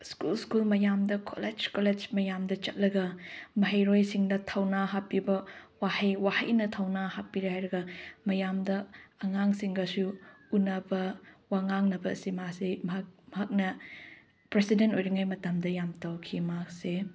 school school ꯃꯌꯥꯝꯗ college college ꯃꯌꯥꯝꯗ ꯆꯠꯂꯒ ꯃꯍꯩꯔꯣꯏꯁꯤꯡꯗ ꯊꯧꯅꯥ ꯍꯥꯞꯄꯤꯕ ꯋꯥꯍꯩ ꯋꯥꯍꯩꯅ ꯊꯧꯅꯥ ꯍꯥꯞꯄꯤꯔꯦ ꯍꯥꯏꯔꯒ ꯃꯌꯥꯝꯗ ꯑꯉꯥꯡꯁꯤꯡꯒꯁꯨ ꯎꯟꯅꯕ ꯋꯥꯉꯥꯡꯅꯕꯁꯤ ꯃꯥꯁꯤ ꯃꯍꯥꯛꯅ ꯄ꯭ꯔꯁꯤꯗꯦꯟ ꯑꯣꯏꯔꯤꯉꯩ ꯃꯇꯝꯗ ꯌꯥꯝ ꯇꯧꯈꯤ ꯃꯍꯥꯛꯁꯦ